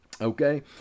Okay